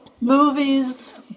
movies